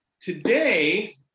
today